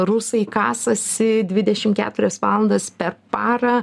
rusai kasasi dvidešim keturias valandas per parą